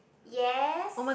yes